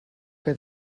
que